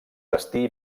destí